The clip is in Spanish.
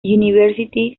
university